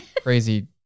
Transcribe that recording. crazy